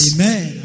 Amen